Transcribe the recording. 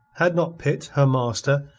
had not pitt, her master,